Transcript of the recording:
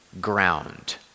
ground